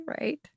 right